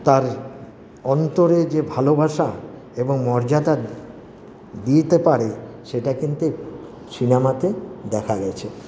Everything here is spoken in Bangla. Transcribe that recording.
তার অন্তরে যে ভালোবাসা এবং মর্যাদা দিতে পারে সেটা কিন্তু সিনামাতে দেখা গেছে